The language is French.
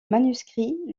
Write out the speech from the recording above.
manuscrit